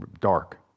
dark